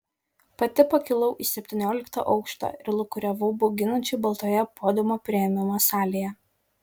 pati pakilau į septynioliktą aukštą ir lūkuriavau bauginančiai baltoje podiumo priėmimo salėje